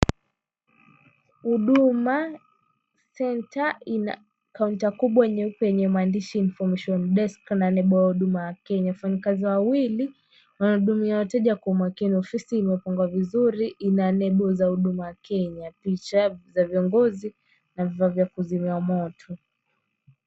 Huduma Centre ina kaunta kubwa nyeupe yenye maandishi information desk na lebo ya Huduma Kenya. Wafanyikazi wawili wanahudumia wateja kwa umakini. Ofisi imepangwa vizuri, ina lebo za Huduma Kenya, picha za viongozi na vifaa vya kuzimia moto.